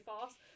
fast